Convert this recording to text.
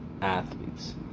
athletes